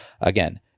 again